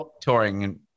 touring